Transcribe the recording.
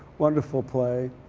wonderful play.